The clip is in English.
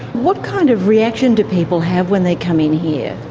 what kind of reaction do people have when they come in here?